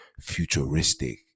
futuristic